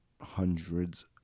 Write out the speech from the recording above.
hundreds